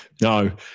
no